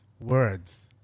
words